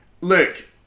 look